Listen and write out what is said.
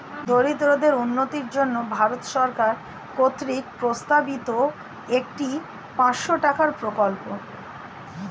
দরিদ্রদের উন্নতির জন্য ভারত সরকার কর্তৃক প্রস্তাবিত একটি পাঁচশো টাকার প্রকল্প